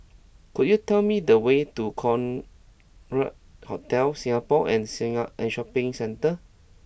could you tell me the way to Concorde Hotel Singapore and singer and Shopping Centre